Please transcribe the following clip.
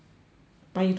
but you don't need to